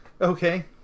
Okay